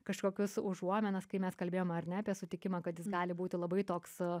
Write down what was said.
kažkokias užuominas kai mes kalbėjom ar ne apie sutikimą kad jis gali būti labai toks